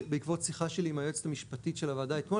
בעקבות שיחה שלי עם היועצת המשפטית אתמול,